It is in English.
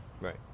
right